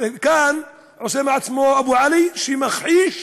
וכאן הוא עושה עצמו "אבו עלי" שמכחיש: